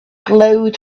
glowed